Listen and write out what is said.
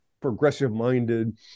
progressive-minded